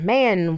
Man